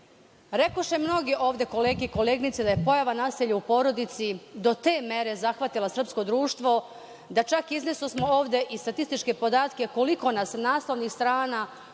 zakon. Rekoše mnogi ovde, kolege i koleginice, da pojava nasilja u porodici do te mere zahvatila srpsko društvo da smo čak izneli ovde i statističke podatke koliko nas naslovnih strana,